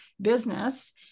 business